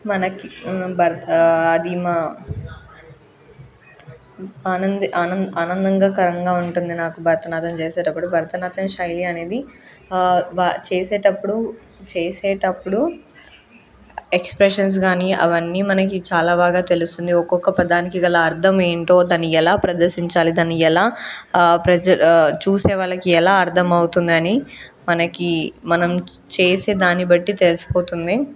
మనకి భర్త అది మా ఆనంది ఆనంద ఆనందకరంగా ఉంటుంది నాకు భరతనాట్యం చేసేటప్పుడు భరతనాట్యం శైలి అనేది బాగా చేసేటప్పుడు చేసేటప్పుడు ఎక్స్ప్రెషన్స్ కానీ అవన్నీ మనకు చాలా బాగా తెలుస్తుంది ఒక్కొక్క పదానికి గల అర్థం ఏంటో దాన్ని ఎలా ప్రదర్శించాలి దాన్ని ఎలా ప్రజ చూసే వాళ్ళకి ఎలా అర్థం అవుతుందని మనకు మనం చేసే దాన్ని బట్టి తెలిసిపోతుంది